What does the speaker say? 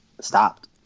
stopped